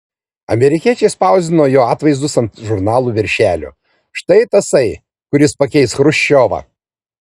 amerikiečiai spausdino jo atvaizdus ant žurnalų viršelių štai tasai kuris pakeis chruščiovą